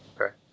okay